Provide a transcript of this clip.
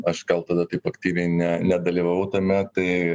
aš gal tada taip aktyviai ne nedalyvavau tame tai